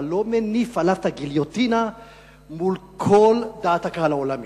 אתה לא מניף עליו את הגיליוטינה מול כל דעת הקהל העולמית.